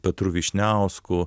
petru vyšniausku